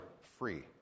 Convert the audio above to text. free